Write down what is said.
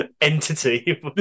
entity